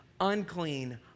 unclean